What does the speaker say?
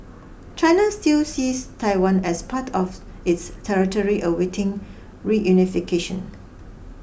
China still sees Taiwan as part of its territory awaiting reunification